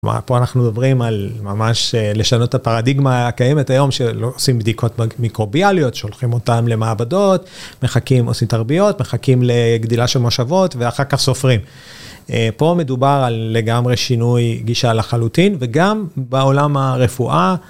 כלומר, פה אנחנו מדברים על ממש לשנות את הפרדיגמה הקיימת היום של עושים בדיקות מיקרוביאליות, שולחים אותן למעבדות, מחכים, עושים תרביות, מחכים לגדילה של מושבות ואחר כך סופרים. פה מדובר על לגמרי שינוי גישה לחלוטין וגם בעולם הרפואה.